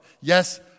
yes